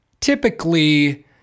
typically